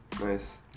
Nice